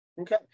Okay